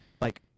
like-